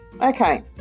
okay